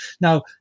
Now